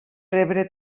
rebre